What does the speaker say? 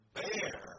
bear